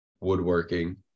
Woodworking